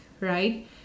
right